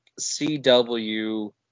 CW